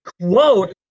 Quote